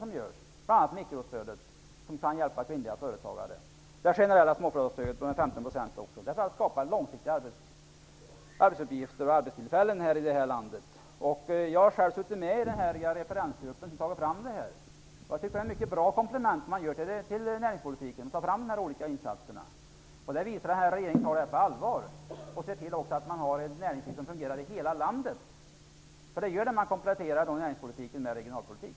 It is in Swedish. Som exempel kan nämnas mikrostödet till hjälp för kvinnliga företagare och det generella småföretagarstödet på 15 %. Jag har själv suttit med i den referensgrupp som har tagit fram dessa förslag till insatser, vilka är ett mycket bra komplement till näringspolitiken. Det visar att regeringen tar detta på allvar, att se till att man har ett näringsliv som fungerar i hela landet. Det får man om man kompletterar näringspolitiken med regionalpolitik.